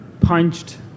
punched